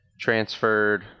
transferred